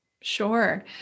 Sure